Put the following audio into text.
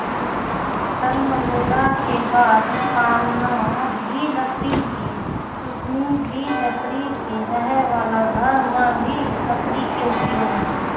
जन्म लेला के बाद पालना भी लकड़ी के, चुसनी भी लकड़ी के, रहै वाला घर मॅ भी लकड़ी के उपयोग